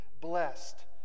blessed